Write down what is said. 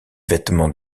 vêtements